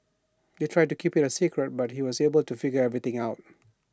they tried to keep IT A secret but he was able to figure everything out